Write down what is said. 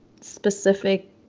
specific